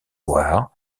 loire